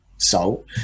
salt